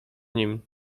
nim